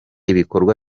ibikorwa